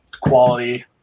quality